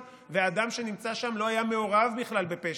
והאדם שנמצא שם לא היה מעורב בכלל בפשע,